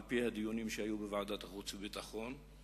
על-פי הדיונים שהיו בוועדת החוץ והביטחון,